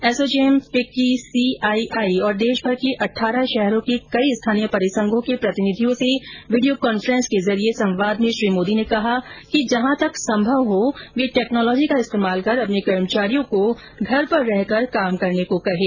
ASSOCHAM FICCI C I I और देशमर के अहारह शहरों के कई स्थानीय परिसंघों के प्रतिनिधियों से वीडियो कॉन्फ्रेंस के जरिये संवाद में श्री मोदी ने कहा कि जहां तक सम्भव हो वे टेक्नोलोजी का इस्तेमाल कर अपने कर्मचारियों को घर पर रहकर काम करने को कहें